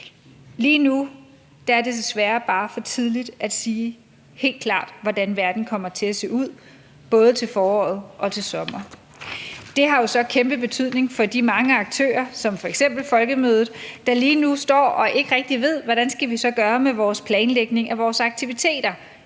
Lige nu er det desværre bare for tidligt at sige helt klart, hvordan verden kommer til at se ud, både til foråret og til sommer. Det har jo så kæmpe betydning for de mange aktører som f.eks. Folkemødet, der lige nu står og ikke rigtig ved, hvad de så skal gøre med planlægning af deres aktiviteter